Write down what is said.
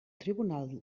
tribunal